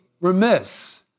remiss